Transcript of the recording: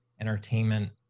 entertainment